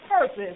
purpose